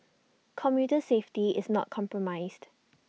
commuter safety is not compromised